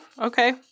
Okay